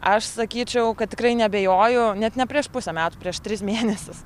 aš sakyčiau kad tikrai neabejoju net ne prieš pusę metų prieš tris mėnesius